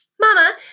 Mama